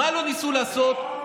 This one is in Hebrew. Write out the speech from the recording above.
מה לא ניסו לעשות,